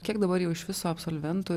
kiek dabar jau iš viso absolventų